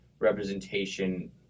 representation